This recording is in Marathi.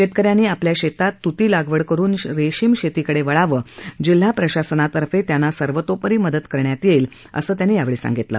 शेतकऱ्यांनी आपल्या शेतात तृती लागवड करून रेशीम शेतीकडे वळावे जिल्हा प्रशानातर्फे सर्वोतोपरी मदत करण्यात येईल असं त्यांनी यावेळी सांगितलं